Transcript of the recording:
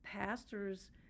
pastors